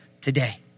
today